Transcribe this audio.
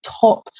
top